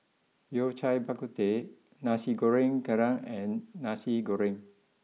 Yao Cai Bak Kut Teh Nasi Goreng Kerang and Nasi Goreng